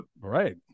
right